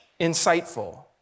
insightful